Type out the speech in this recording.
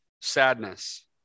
sadness